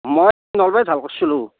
মই নলবাৰীত ভাল কৰিছিলোঁ